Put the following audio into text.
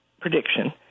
prediction